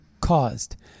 caused